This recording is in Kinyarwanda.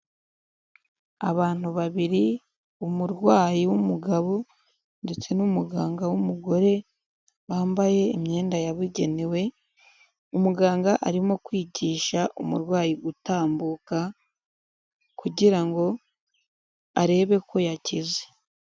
Abantu babiri, umurwayi w'umugabo ndetse n'umuganga w'umugore wambaye imyenda yabugenewe, umuganga arimo kwigisha umurwayi gutambuka kugira ngo arebe ko yakize.